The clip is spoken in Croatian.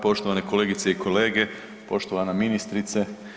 Poštovane kolegice i kolege, poštovana ministrice.